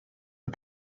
but